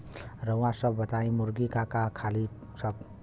रउआ सभ बताई मुर्गी का का खालीन सब?